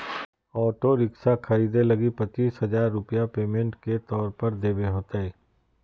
auto rickshaw खरीदे लगी पचीस हजार रूपया पेमेंट के तौर पर देवे होतय